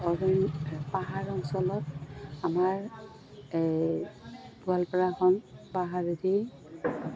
পাহাৰ অঞ্চলত আমাৰ গোৱালপাৰাখন পাহাৰেদি